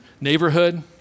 neighborhood